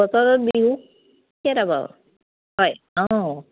বছৰত বিহু কেইটা বাৰু হয় অঁ